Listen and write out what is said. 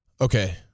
Okay